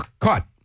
cut